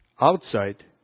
Outside